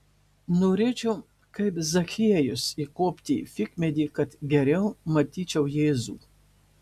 norėčiau kaip zachiejus įkopti į figmedį kad geriau matyčiau jėzų